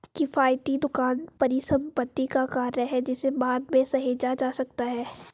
किफ़ायती दुकान परिसंपत्ति का कार्य है जिसे बाद में सहेजा जा सकता है